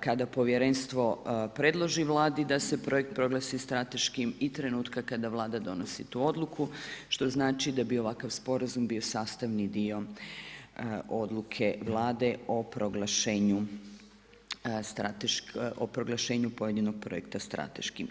kada povjerenstvo predloži Vladi da se projekt proglasi strateškim i trenutka kada Vlada donosi tu odluku što znači da bi ovakav sporazum bio sastavni dio odluke Vlade o proglašenju pojedinog projekta strateškim.